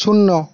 শূন্য